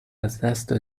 ازدست